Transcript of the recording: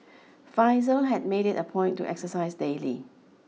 Faizal had made it a point to exercise daily